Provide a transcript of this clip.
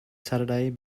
saturday